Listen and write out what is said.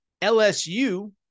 LSU